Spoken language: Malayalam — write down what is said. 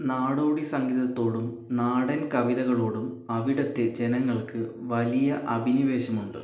നാടോടി സംഗീതത്തോടും നാടൻ കവിതകളോടും അവിടുത്തെ ജനങ്ങൾക്ക് വലിയ അഭിനിവേശമുണ്ട്